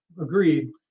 agreed